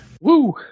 Woo